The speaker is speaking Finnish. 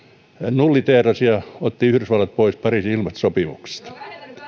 nulliteerasi ja otti yhdysvallat pois pariisin ilmastosopimuksesta